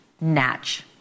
Natch